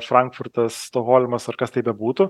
frankfurtas stokholmas ar kas tai bebūtų